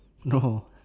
no